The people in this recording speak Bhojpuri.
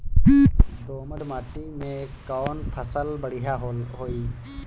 दोमट माटी में कौन फसल बढ़ीया होई?